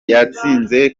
yatsinze